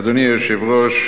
אדוני היושב-ראש,